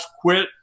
quit